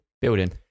building